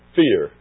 fear